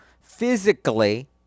physically